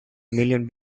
million